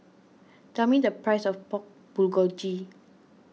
tell me the price of Pork Bulgogi